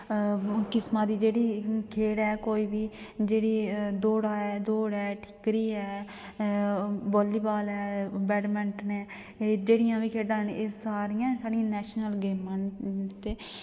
किस्मा दी जेह्ड़ी खेढ ऐ कोई बी जेह्ड़ी दौड़ा ऐ दौड़ ऐ ठिक्करी ऐ वॉलीबॉल ऐ बैडमिंटन ऐ एह् जेह्ड़ियां बी खेढां न एह् सारियां साढ़ियां नेशनल गेमां न ते